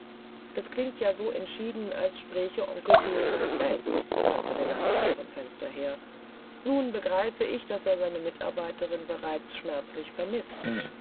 das klingt ja so entschieden als spräche onkel theobald selbst sagte der landrat vom fenster her nun begreife ich daß er seine mitarbeiterin bereits schmerzlich vermißt